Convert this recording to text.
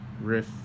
riff